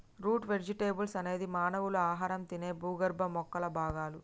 route vegetables అనేది మానవులు ఆహారంగా తినే భూగర్భ మొక్కల భాగాలు